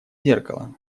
зеркало